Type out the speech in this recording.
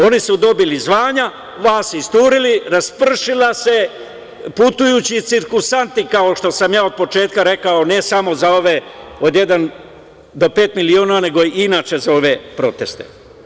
Oni su dobili zvanja, vas isturili, raspršili se, putujući cirkusanti, kao što sam ja od početka rekao, ne samo za ove od "Jedan do pet miliona" nego i inače za ove proteste.